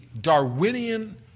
Darwinian